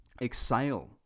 Exhale